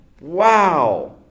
wow